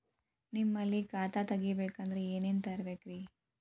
ನಿಮ್ಮಲ್ಲಿ ಖಾತಾ ತೆಗಿಬೇಕಂದ್ರ ಏನೇನ ತರಬೇಕ್ರಿ?